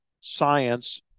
science